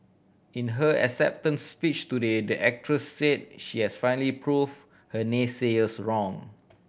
in her acceptance speech though they the actress say she has finally prove her naysayers wrong